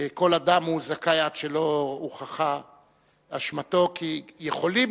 שכל אדם הוא זכאי עד שלא הוכחה אשמתו, כי יכולות